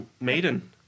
maiden